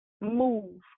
move